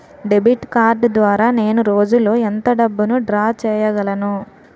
Debit card ద్వారా నేను రోజు లో ఎంత డబ్బును డ్రా చేయగలను?